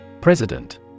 President